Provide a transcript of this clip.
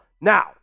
Now